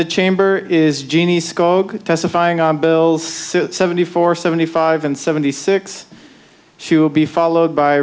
the chamber is genies testifying on bills seventy four seventy five and seventy six she will be followed by